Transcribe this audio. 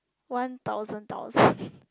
one thousand dollars